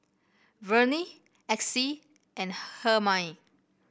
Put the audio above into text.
Verne Exie and Hermine